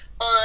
on